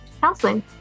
counseling